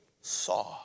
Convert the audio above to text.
saw